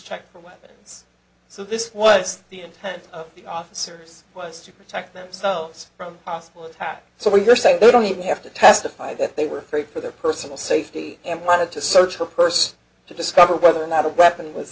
checked for weapons so this was the intent of the officers was to protect themselves from possible attack so you're saying they don't even have to testify that they were afraid for their personal safety and wanted to search her purse to discover whether or not a weapon was